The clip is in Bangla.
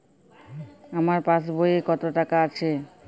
আমার পাসবই এ কত টাকা আছে?